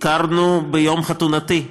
הכרנו ביום חתונתי.